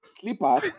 slippers